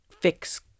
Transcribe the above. fix